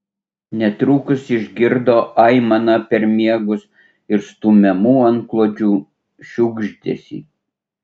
netrukus išgirdo aimaną per miegus ir stumiamų antklodžių šiugždesį